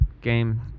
game